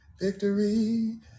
victory